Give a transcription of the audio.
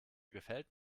gefällt